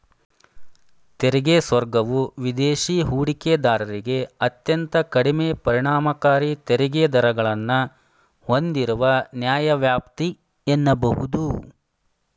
ತೆರಿಗೆ ಸ್ವರ್ಗವು ವಿದೇಶಿ ಹೂಡಿಕೆದಾರರಿಗೆ ಅತ್ಯಂತ ಕಡಿಮೆ ಪರಿಣಾಮಕಾರಿ ತೆರಿಗೆ ದರಗಳನ್ನ ಹೂಂದಿರುವ ನ್ಯಾಯವ್ಯಾಪ್ತಿ ಎನ್ನಬಹುದು